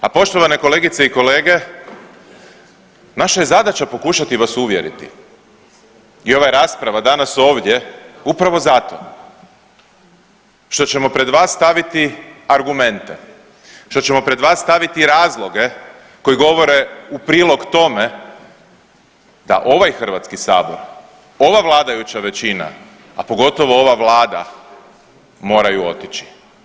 A poštovane kolegice i kolege naša je zadaća pokušati vas uvjeriti i ova je rasprava danas ovdje upravo zato što ćemo pred vas staviti argumente, što ćemo pred vas staviti razloge koji govore u prilog tome da ovaj Hrvatski sabor, ova vladajuća većina, a pogotovo ova vlada moraju otići.